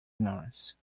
ignorance